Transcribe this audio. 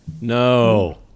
No